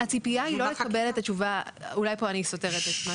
הציפייה היא לא לקבל את התשובה אולי פה אני סותרת את מה